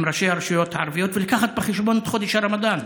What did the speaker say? עם ראשי הרשויות הערביות ולהביא בחשבון את חודש הרמדאן.